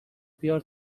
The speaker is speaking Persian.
بیار